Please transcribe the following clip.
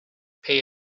pay